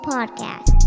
Podcast